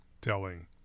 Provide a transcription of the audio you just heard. telling